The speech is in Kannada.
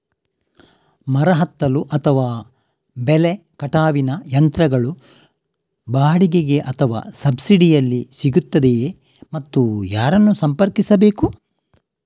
ಮರ ಹತ್ತಲು ಅಥವಾ ಬೆಲೆ ಕಟಾವಿನ ಯಂತ್ರಗಳು ಬಾಡಿಗೆಗೆ ಅಥವಾ ಸಬ್ಸಿಡಿಯಲ್ಲಿ ಸಿಗುತ್ತದೆಯೇ ಮತ್ತು ಯಾರನ್ನು ಸಂಪರ್ಕಿಸಬೇಕು?